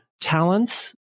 talents